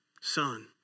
son